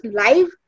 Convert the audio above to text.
live